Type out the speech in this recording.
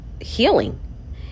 healing